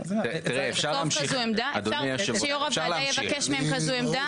אפשר שיו"ר הוועדה יבקש מהם כזו עמדה?